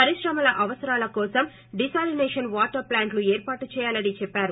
పరిశ్రమల అవసరాల కోసం డిశాలినేషన్ వాటర్ ప్లాంట్లు ఏర్పాటు చేయాలనీ చెప్సారు